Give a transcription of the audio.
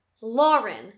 Lauren